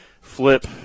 flip